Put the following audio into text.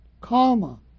karma